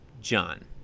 John